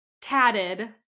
tatted